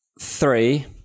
Three